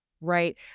right